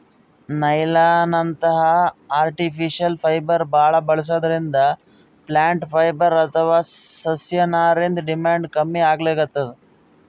ನೈಲಾನ್ನಂಥ artificial fibre ಭಾಳ್ ಬಳಸದ್ರಿಂದ plant fibre ಅಥವಾ ಸಸ್ಯನಾರಿಂದ್ ಡಿಮ್ಯಾಂಡ್ ಕಮ್ಮಿ ಆಗ್ಲತದ್